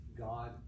God